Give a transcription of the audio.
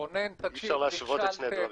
רונן, תקשיב, נכשלתם.